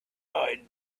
eyed